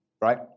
right